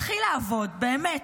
תתחיל לעבוד, באמת,